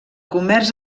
comerç